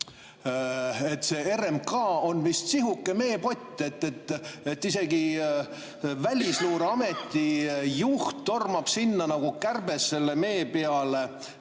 see RMK on vist sihuke meepott, et isegi Välisluureameti juht tormab sinna nagu kärbes mee peale